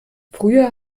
früher